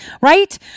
right